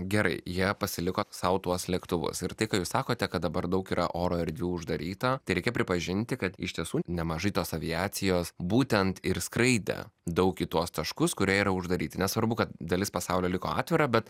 gerai jie pasiliko sau tuos lėktuvus ir tai ką jūs sakote kad dabar daug yra oro erdvių uždaryta tai reikia pripažinti kad iš tiesų nemažai tos aviacijos būtent ir skraidė daug į tuos taškus kurie yra uždaryti nesvarbu kad dalis pasaulio liko atvira bet